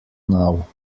now